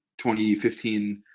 2015